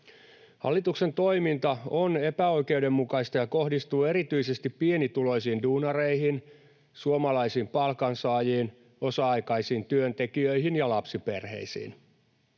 Hallituksen toiminta on epäoikeudenmukaista ja kohdistuu erityisesti pienituloisiin duunareihin, suomalaisiin palkansaajiin, osa-aikaisiin työntekijöihin ja lapsiperheisiin.